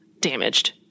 damaged